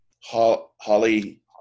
Holly